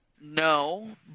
No